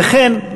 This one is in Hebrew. וכן,